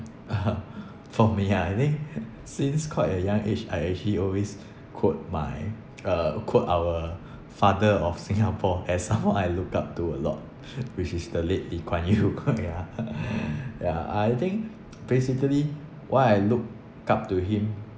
for me ah I think since quite a young age I actually always quote my uh quote our father of Singapore as someone I look up to a lot which is the late lee kuan yew ya ya I think basically why I look up to him